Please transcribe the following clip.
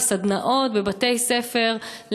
לסדנאות בבתי-ספר,